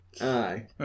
aye